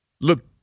Look